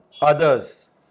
others